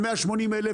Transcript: על 180,000,